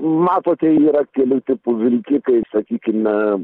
matote yra kelių tipų vilkikai sakykime